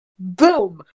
Boom